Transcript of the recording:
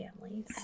families